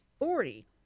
authority